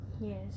Yes